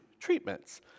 treatments